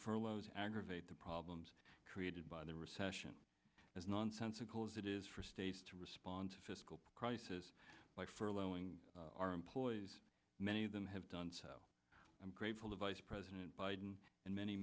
furloughs aggravate the problems created by the recession as nonsensical as it is for states to respond to fiscal crisis like furloughing our employees many of them have done so i'm grateful to vice president biden and many